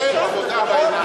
זה עבודה בעיניים.